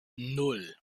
nan